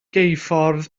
geuffordd